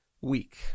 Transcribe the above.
week